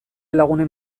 lagunen